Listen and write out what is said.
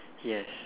yes